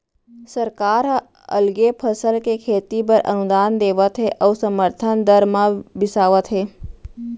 सरकार ह अलगे फसल के खेती बर अनुदान देवत हे अउ समरथन दर म बिसावत हे